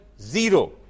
zero